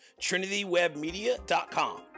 trinitywebmedia.com